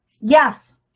Yes